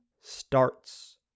starts